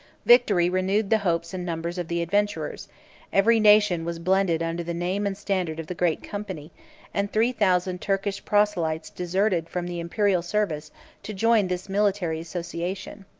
victory renewed the hopes and numbers of the adventures every nation was blended under the name and standard of the great company and three thousand turkish proselytes deserted from the imperial service to join this military association.